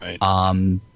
Right